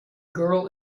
girl